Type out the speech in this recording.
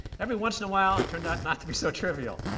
every once in a while, it turned out not to be so trivial.